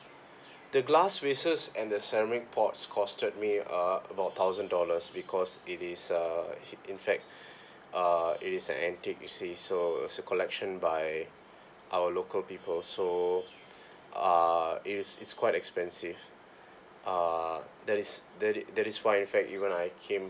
the glass vases and the ceramic pots costed me uh about thousand dollars because it is a in fact uh it is an antique you see so it's a collection by our local people so uh is is quite expensive uh that is that is that is why in fact even I came